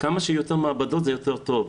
כמה שיותר מעבדות זה יותר טוב.